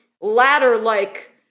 ladder-like